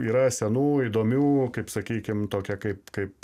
yra senų įdomių kaip sakykim tokia kaip kaip